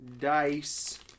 dice